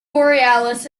borealis